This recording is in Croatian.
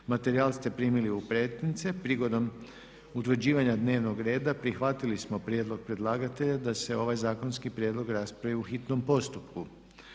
Materijale ste primili u pretince. Prigodom utvrđivanja dnevnoga reda prihvatili smo prijedlog predlagatelja da se ovaj zakonski prijedlog raspravi u hitnom postupku.